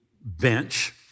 bench